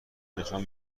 نشان